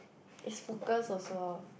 is focus also lor